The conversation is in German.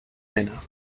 männer